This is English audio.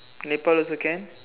Nepal also can